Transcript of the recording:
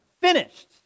Finished